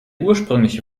ursprüngliche